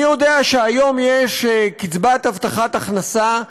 אני יודע שהיום יש קצבת הבטחת הכנסה,